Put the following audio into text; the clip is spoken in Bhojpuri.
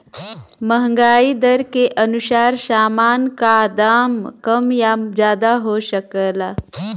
महंगाई दर के अनुसार सामान का दाम कम या ज्यादा हो सकला